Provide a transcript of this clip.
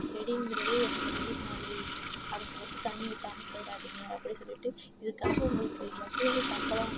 செடிங்கிறது என்னோடய உயிர் மாதிரி அதுக்கு மட்டும் தண்ணி ஊற்றாம போயிடாதீங்க அப்படினு சொல்லிகிட்டு இதுக்காக உங்களுக்கு எவ்வளவு சம்பளம்